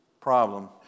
problem